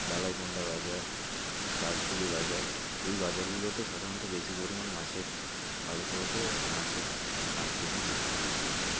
বালাইপুণ্ডা বাজার বাজকুলি বাজার এই বাজারগুলোতে সাধারণত বেশি পরিমাণ মাছের আড়ত বসে ও মাছের মাছ প্রচুর পরিমাণে বিক্রি হয়